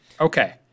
Okay